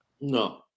No